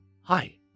Hi